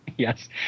Yes